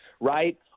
right